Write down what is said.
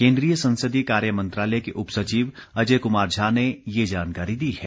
केंद्रीय संसदीय कार्य मंत्रालय के उपसचिव अजय कुमार झा ने ये जानकारी दी है